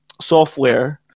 software